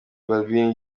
balbine